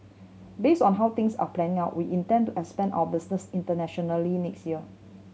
base on how things are panning out we intend to expand our business internationally next year